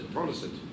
Protestant